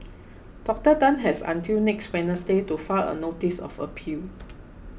Doctor Tan has until next Wednesday to file a notice of appeal